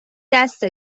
دست